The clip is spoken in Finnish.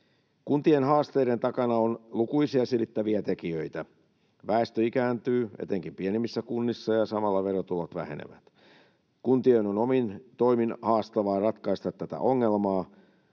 Kuntien haasteiden takana on lukuisia selittäviä tekijöitä. Väestö ikääntyy etenkin pienemmissä kunnissa, ja samalla verotulot vähenevät. Kuntien on omin toimin haastavaa ratkaista tätä ongelmaa.